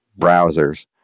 browsers